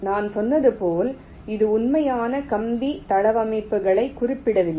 நான் சொன்னது போல இது உண்மையான கம்பி தளவமைப்புகளைக் குறிப்பிடவில்லை